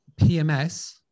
PMS